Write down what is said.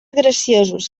graciosos